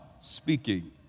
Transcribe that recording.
speaking